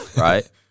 right